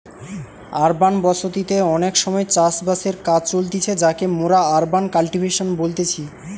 urban বসতি তে অনেক সময় চাষ বাসের কাজ চলতিছে যাকে মোরা আরবান কাল্টিভেশন বলতেছি